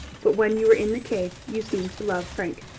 but when you were in the cave you seemed to love frank.